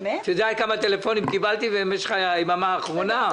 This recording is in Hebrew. את יודעת כמה טלפונים קיבלתי במשך היממה האחרונה?